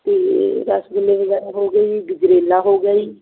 ਅਤੇ ਰੱਸਗੁਲੇ ਵਗੈਰਾ ਹੋ ਗਏ ਗਜਰੇਲਾ ਹੋ ਗਿਆ ਜੀ